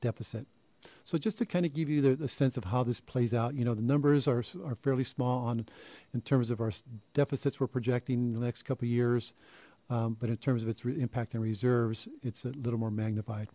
deficit so just to kind of give you the sense of how this plays out you know the numbers are fairly small on in terms of our deficits we're projecting couple years but in terms of its impact and reserves it's a little more magnified